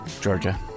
Georgia